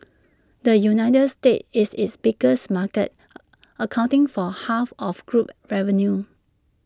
the united states is its biggest market accounting for half of group revenue